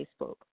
Facebook